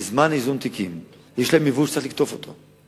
בזמן איזון התיקים יש להם יבול שצריך לקטוף אותו.